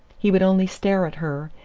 he would only stare at her,